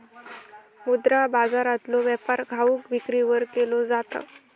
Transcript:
मुद्रा बाजारातलो व्यापार घाऊक विक्रीवर केलो जाता